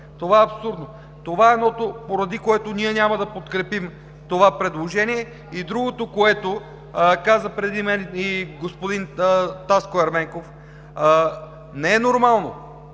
Това е абсурдно. Това е едното, поради което ние няма да подкрепим това предложение. И другото, което каза преди мен и господин Таско Ерменков – не е нормално